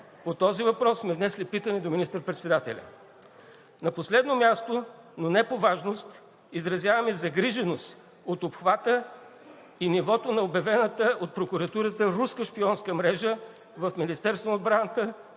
По този въпрос сме внесли питане до министър-председателя. На последно място, но не по важност, изразяваме загриженост от обхвата и нивото на обявената от прокуратурата руска шпионска мрежа в Министерството на отбраната,